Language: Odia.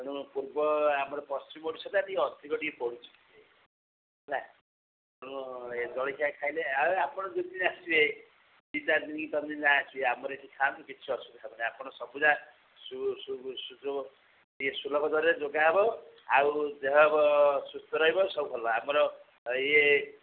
ତେଣୁ ପୂର୍ବ ଆମର ପଶ୍ଚିମ ଓଡ଼ିଶାଟା ଟିକେ ଅଧିକ ଟିକେ ପଡ଼ୁଛି ହେଲା ତେଣୁ ଜଳଖିଆ ଖାଇଲେ ଆଉ ଆପଣ ଯଦି ଆସିବେ ଦି ଚାରି ଦିନ କି ଥରେ ଯଦି ଆସିବେ ଆମର ଏଠି ଖାଆନ୍ତୁ କିଛି ଅସୁବିଧା ହେବନି ଆପଣ ସବୁଯା ସୁଯୋଗ ଏ ସୁଲଭ ଦରରେ ଯୋଗା ହେବ ଆଉ ଦେହ ସୁସ୍ଥ ରହିବ ସବୁ ଭଲ ଆମର ଇଏ